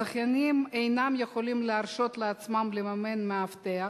הזכיינים אינם יכולים להרשות לעצמם לממן מאבטח,